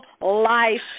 life